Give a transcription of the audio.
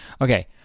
okay